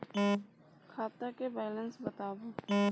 खाता के बैलेंस बताबू?